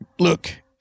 Look